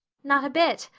not a bit.